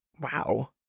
Wow